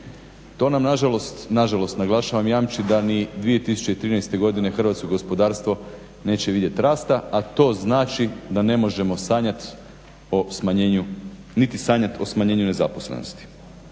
žalost, na žalost naglašavam jamči da ni 2013. godine hrvatsko gospodarstvo neće vidjet rasta, a to znači da ne možemo sanjat o smanjenju, niti sanjat o smanjenju nezaposlenosti.